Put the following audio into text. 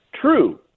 true